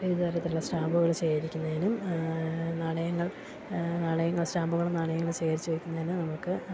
വിവിധ തരത്തിലുള്ള സ്റ്റാമ്പുകള് ശേഖരിക്കുന്നതിനും നാണയങ്ങൾ സ്റ്റാമ്പുകളും നാണയങ്ങളും ശേഖരിച്ചുവയ്ക്കുന്നതിനു നമുക്ക്